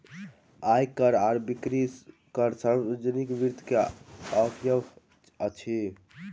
आय कर आ बिक्री कर सार्वजनिक वित्त के अवयव अछि